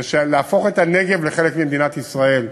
להפוך את הנגב לחלק ממדינת ישראל,